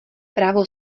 právo